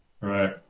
Right